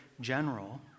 general